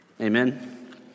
Amen